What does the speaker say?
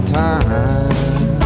time